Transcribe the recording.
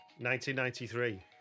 1993